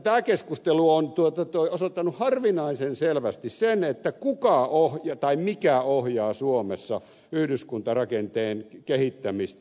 tämä keskustelu on osoittanut harvinaisen selvästi sen kuka tai mikä ohjaa suomessa yhdyskuntarakenteen kehittämistä